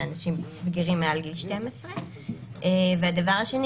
לאנשים בגירים מעל גיל 12. הדבר השני